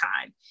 time